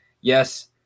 Yes